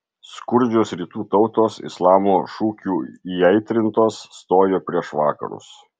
skurdžios rytų tautos islamo šūkių įaitrintos stojo prieš vakarus